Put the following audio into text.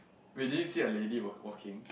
wait did you see a lady walk walking